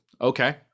okay